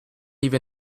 even